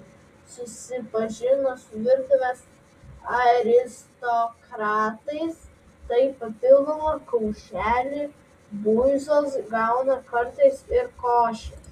susipažino su virtuvės aristokratais tai papildomą kaušelį buizos gauna kartais ir košės